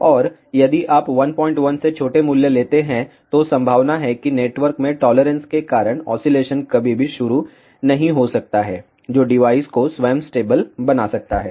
और यदि आप 11 से छोटे मूल्य लेते हैं तो संभावना है कि नेटवर्क में टॉलरेंस के कारण ऑसीलेशन कभी भी शुरू नहीं हो सकता है जो डिवाइस को स्वयं स्टेबल बना सकता है